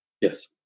Yes